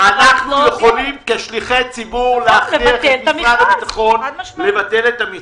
אנחנו כשליחי ציבור יכולים להכריח את משרד הביטחון לבטל את המכרז.